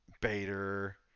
Bader